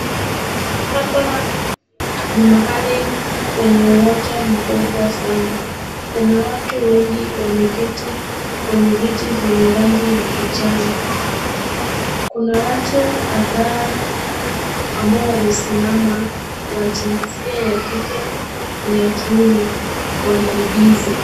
Hapa ni mahali kwenye uwanja mkubwa sana. Kuna watu wengi wameketi kwenye viti vyenye rangi ya kijani. Kuna watu kadhaa ambao wamesimama wa jinsia ya kike na ya kiume wanaigiza.